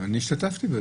אני השתתפתי בדיון.